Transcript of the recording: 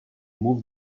move